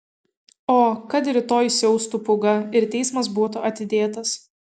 o kad rytoj siaustų pūga ir teismas būtų atidėtas